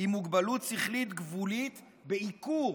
עם מוגבלות שכלית גבולית בעיקור.